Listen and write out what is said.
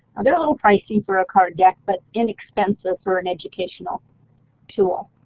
they're a little pricey for a card deck but inexpensive for an educational tool.